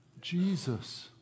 Jesus